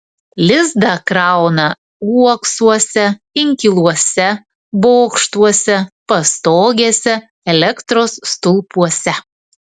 lizdą krauna uoksuose inkiluose bokštuose pastogėse elektros stulpuose